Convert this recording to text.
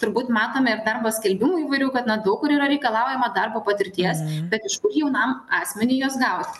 turbūt matome ir darbo skelbimų įvairių kad na daug kur yra reikalaujama darbo patirties bet iš kur jaunam asmeniui jos gaut